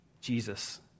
Jesus